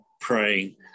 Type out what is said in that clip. praying